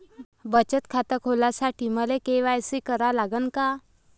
बचत खात खोलासाठी मले के.वाय.सी करा लागन का?